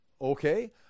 okay